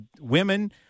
women